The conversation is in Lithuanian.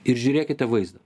ir žiūrėkite vaizdą